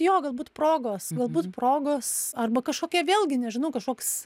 jo galbūt progos galbūt progos arba kažkokie vėlgi nežinau kažkoks